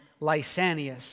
Lysanias